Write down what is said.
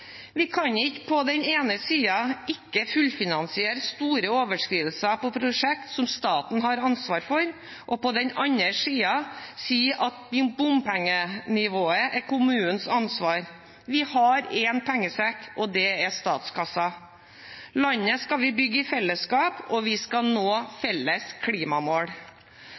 Vi kan ikke på den ene siden ikke fullfinansiere store overskridelser på prosjekter som staten har ansvaret for, og på den andre siden si at bompengenivået er kommunenes ansvar. Vi har én pengesekk, og det er statskassen. Landet skal vi bygge i fellesskap, og vi skal nå felles klimamål.